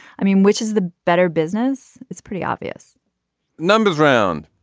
i mean which is the better business it's pretty obvious numbers round.